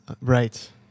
Right